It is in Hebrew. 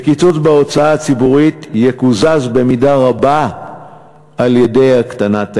וקיצוץ בהוצאה הציבורית יקוזז במידה רבה על-ידי הקטנת היבוא,